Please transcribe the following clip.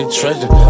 treasure